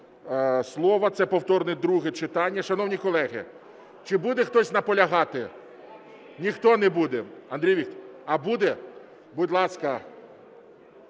слова, це повторне друге читання. Шановні колеги, чи буде хтось наполягати? Ніхто не буде. А, буде. Будь ласка,